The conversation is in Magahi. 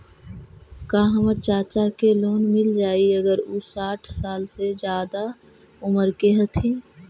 का हमर चाचा के लोन मिल जाई अगर उ साठ साल से ज्यादा के उमर के हथी?